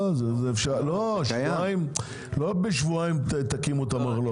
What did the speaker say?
לא בשבועיים תקימו את המרלו"ג.